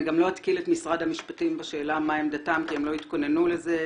אני גם לא אתקיל את משרד המשפטים בשאלה מה עמדתם כי הם לא התכוננו לזה.